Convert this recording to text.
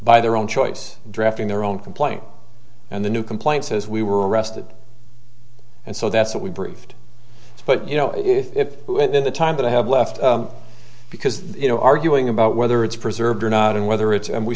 by their own choice drafting their own complaint and the new complaint says we were arrested and so that's what we proved but you know if in the time that i have left because you know arguing about whether it's preserved or not and whether it's and we